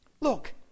Look